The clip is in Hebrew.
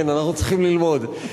כן, אנחנו צריכים ללמוד.